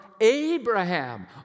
Abraham